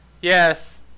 Yes